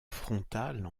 frontale